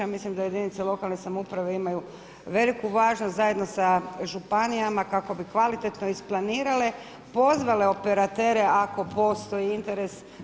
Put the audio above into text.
Mislim da jedinice lokalne samouprave imaju veliku važnost zajedno sa županijama kako bi kvalitetno isplanirale, pozvale operatere ako postoji interes.